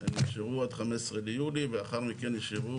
הם נשארו עד ה-15 ביולי ולאחר מכן נשארו